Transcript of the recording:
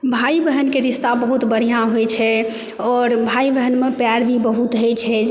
भाई बहनके रिस्ता बहुत बढ़िऑं होइ छै आओर भाई बहनमे प्यार भी बहुत होइ छै